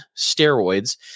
steroids